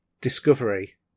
Discovery